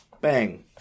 Bang